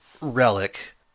relic